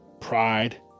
pride